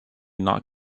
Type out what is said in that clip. not